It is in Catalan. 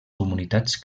comunitats